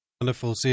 Wonderful